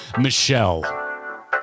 Michelle